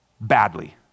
badly